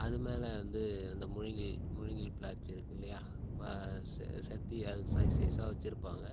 அது மேலே வந்து அந்த மூங்கில் மூங்கில் பிளாட்ச் இருக்கில்லையா செத்தி அது சைஸ் சைஸாக வச்சிருப்பாங்க